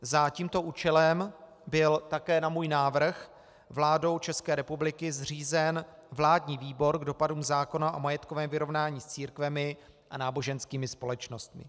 Za tímto účelem byl také na můj návrh vládou České republiky zřízen vládní výbor k dopadům zákona o majetkovém vyrovnání s církvemi a náboženskými společnostmi.